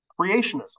Creationism